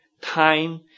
time